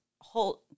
Hold